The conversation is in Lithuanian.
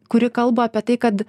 kuri kalba apie tai kad